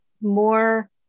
more